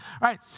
right